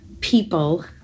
people